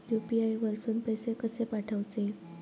UPI वरसून पैसे कसे पाठवचे?